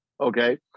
Okay